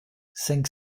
cinq